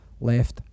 left